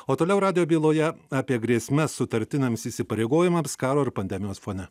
o toliau radijo byloje apie grėsmes sutartiniams įsipareigojimams karo ir pandemijos fone